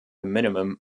minimum